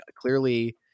clearly